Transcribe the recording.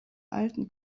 alten